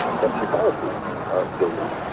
ah justifiably globally.